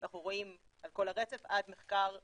אנחנו רואים על כל הרצף עד מחקר תעשייתי,